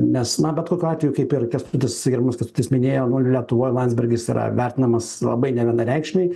nes na bet kokiu atveju kaip ir kęstutis gerbiamas kęstutis minėjo nu lietuvoj landsbergis yra vertinamas labai nevienareikšmiai